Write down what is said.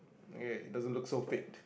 okay doesn't look so fade